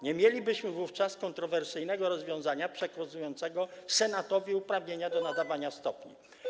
Nie mielibyśmy wówczas kontrowersyjnego rozwiązania przekazującego senatowi uprawnienia do nadawania stopni.